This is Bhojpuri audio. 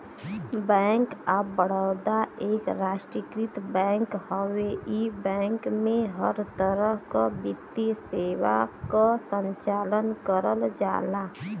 बैंक ऑफ़ बड़ौदा एक राष्ट्रीयकृत बैंक हउवे इ बैंक में हर तरह क वित्तीय सेवा क संचालन करल जाला